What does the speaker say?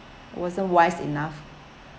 wasn't wise enough